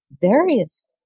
various